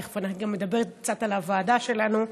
תכף אני גם אדבר קצת על הוועדה שלנו.